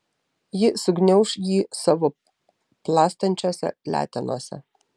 ji sugniauš jį savo plastančiose letenose